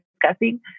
discussing